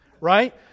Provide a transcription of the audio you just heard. right